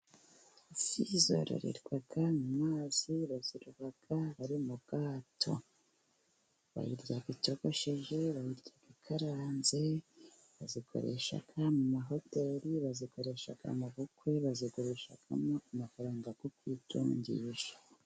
Ifi zororerwa mu mazi. Baziroba bari mu bwato, bayirya itogosheje, bayirya ikaranze, bazikoresha mu mahoteli, bazikoresha mu bukwe, bazigurishamo amafaranga yo kwitungisha.